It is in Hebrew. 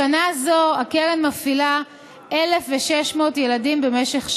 בשנה זו הקרן מפעילה 1,600 ילדים במשך שנה.